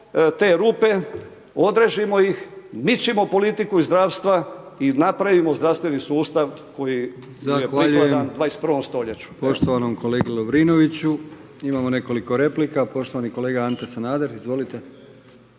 te rupe, odrežemo ih, mičimo politiku iz zdravstva i napravimo zdravstveni sustav koji je prikladan 21. st.